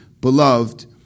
Beloved